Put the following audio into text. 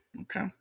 Okay